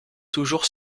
toujours